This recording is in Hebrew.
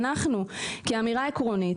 אנחנו כאמירה עקרונית,